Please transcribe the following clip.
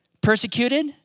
persecuted